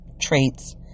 traits